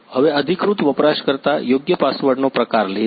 હવે અધિકૃત વપરાશકર્તા યોગ્ય પાસવર્ડનો પ્રકાર લે છે